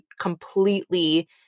completely